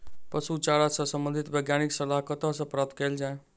पशु चारा सऽ संबंधित वैज्ञानिक सलाह कतह सऽ प्राप्त कैल जाय?